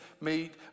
meet